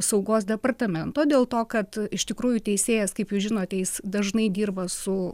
saugos departamento dėl to kad iš tikrųjų teisėjas kaip jūs žinote jis dažnai dirba su